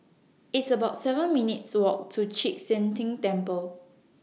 It's about seven minutes' Walk to Chek Sian Tng Temple